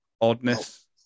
oddness